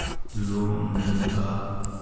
Loan मिलता?